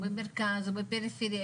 במרכז או בפריפריה,